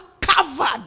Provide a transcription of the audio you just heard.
covered